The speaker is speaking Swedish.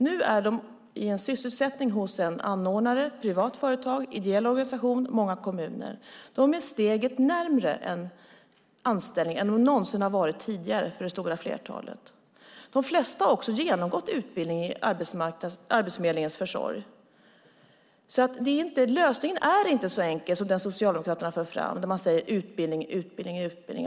Nu är de i sysselsättning hos en anordnare: privata företag, ideella organisationer och många kommuner. Det stora flertalet är steget närmare en anställning än de någonsin har varit tidigare. De flesta har också genomgått utbildning genom Arbetsförmedlingens försorg. Lösningen är inte så enkel som det Socialdemokraterna för fram när man säger utbildning, utbildning och utbildning.